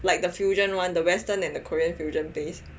like the fusion one the western and the korean fusion place